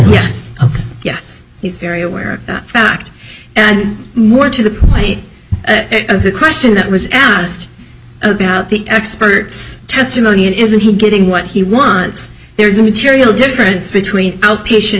nation of yes he's very aware that fact and more to the point of the question that was asked about the experts testimony and isn't he getting what he wants there is a material difference between outpatient